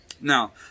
Now